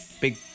big